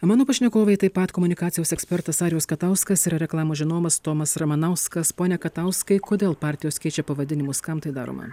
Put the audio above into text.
mano pašnekovai taip pat komunikacijos ekspertas arijus katauskas ir reklamos žinovas tomas ramanauskas pone katauskai kodėl partijos keičia pavadinimus kam tai daroma